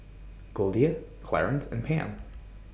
Goldia Clarence and Pam